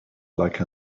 like